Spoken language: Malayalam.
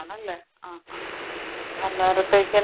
ആണ് അല്ലേ ആ ആ ആ അന്നേരത്തേക്ക്